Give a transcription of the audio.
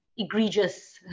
Egregious